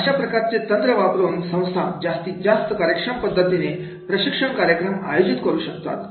अशा प्रकारची तंत्र वापरून संस्था जास्तीत जास्त कार्यक्षम पद्धतीने प्रशिक्षण कार्यक्रम आयोजित करू शकतात